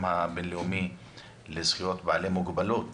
הבין-לאומי לזכויות בעלי מוגבלויות.